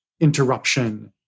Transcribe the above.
interruption